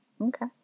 Okay